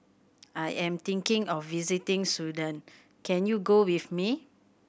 I am thinking of visiting Sudan can you go with me